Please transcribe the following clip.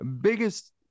biggest